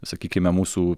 sakykime mūsų